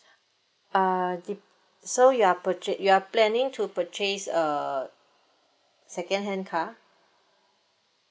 uh dep~ so you are purcha~ you are planning to purchase a second hand car